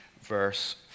verse